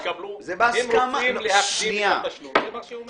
זה מה שהיא אומרת.